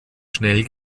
schnell